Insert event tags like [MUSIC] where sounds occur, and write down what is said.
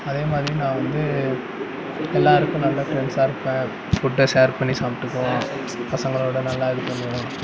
அதேமாதிரி நான் வந்து எல்லோருக்கும் நல்ல ஃப்ரெண்ட்ஸாயிருப்பேன் ஃபுட்டை ஷேர் பண்ணி சாப்பிட்டுக்குவோம் பசங்களோடு நல்லா [UNINTELLIGIBLE]